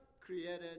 created